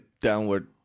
downward